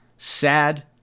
sad